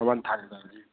अमन